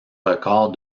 record